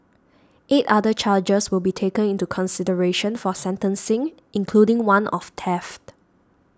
eight other charges will be taken into consideration for sentencing including one of theft